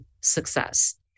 success